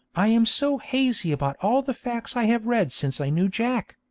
i am so hazy about all the facts i have read since i knew jack!